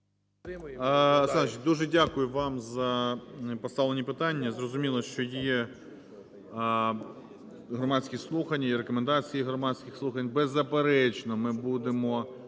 дуже дякую вам за поставлені питання. Зрозуміло, що є громадські слухання і рекомендації громадських слухань. Беззаперечно, ми будемо...